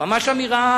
ממש אמירה